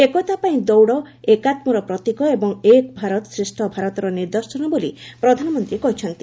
ଏକତା ପାଇଁ ଦୌଡ଼ ଏକାତ୍ମର ପ୍ରତୀକ ଏବଂ ଏକ ଭାରତ ଶ୍ରେଷ୍ଠ ଭାରତର ନିଦର୍ଶନ ବୋଲି ପ୍ରଧାନମନ୍ତ୍ରୀ କହିଛନ୍ତି